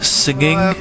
singing